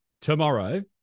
tomorrow